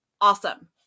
awesome